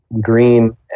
green